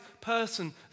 person